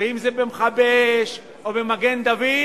ואם זה במכבי אש או במגן-דוד,